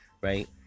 right